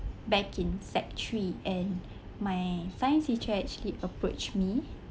back in sec three and my science teacher actually approach me